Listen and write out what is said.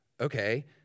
Okay